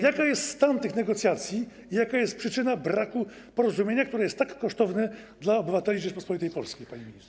Jaki jest stan tych negocjacji i jaka jest przyczyna braku porozumienia, które jest tak kosztowne dla obywateli Rzeczypospolitej Polskiej, panie ministrze?